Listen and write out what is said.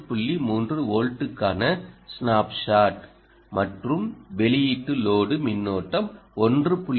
3 வோல்ட்டுக்கான ஸ்னாப்ஷாட் மற்றும் வெளியீட்டு லோடு மின்னோட்டம் 1